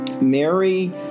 Mary